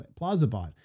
Plazabot